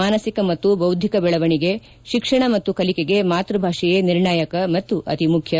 ಮಾನಸಿಕ ಮತ್ತು ಬೌದ್ಧಿಕ ಬೆಳವಣಿಗೆ ಶಿಕ್ಷಣ ಮತ್ತು ಕಲಿಕೆಗೆ ಮಾತ್ಯಭಾಷೆಯೇ ನಿರ್ಣಾಯಕ ಮತ್ತು ಅತಿ ಮುಖ್ಯ